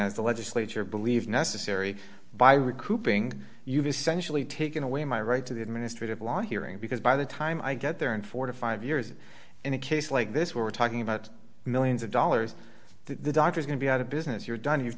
as the legislature believes necessary by recouping you've essentially taken away my right to the administrative law hearing because by the time i get there in four to five years in a case like this where we're talking about millions of dollars that the doctor is going to be out of business you're done you're